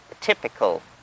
typical